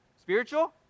Spiritual